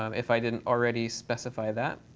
um if i didn't already specify that.